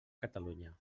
catalunya